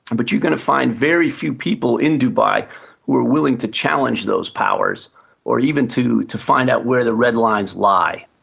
and but you're going to find very few people in dubai who are willing to challenge those powers or even to to find out where the red lines lie.